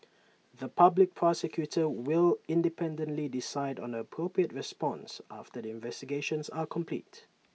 the Public Prosecutor will independently decide on the appropriate response after the investigations are complete